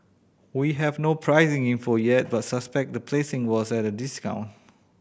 we have no pricing info yet but suspect the placing was at a discount